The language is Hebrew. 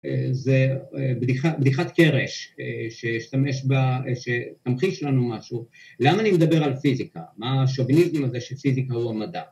‫זו בדיחת קרש שתמחיש לנו משהו. ‫למה אני מדבר על פיזיקה? ‫מה השוביניזם הזה שפיזיקה הוא המדע?